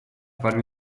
farmi